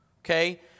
Okay